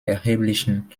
erheblichen